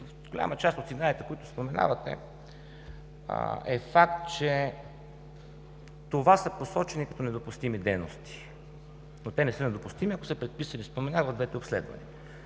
голяма част от сигналите, които споменавате е факт, че това са посочени като недопустими дейности, но те не са недопустими, ако са предписани или се споменават в двете обследвания.